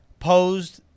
posed